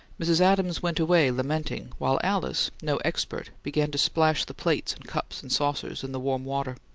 mrs. adams went away lamenting, while alice, no expert, began to splash the plates and cups and saucers in the warm water.